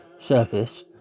surface